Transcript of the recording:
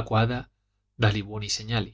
acquada da li buoni segnali